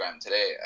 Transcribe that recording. today